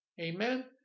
Amen